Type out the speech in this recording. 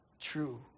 True